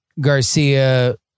Garcia